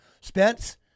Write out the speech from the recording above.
Spence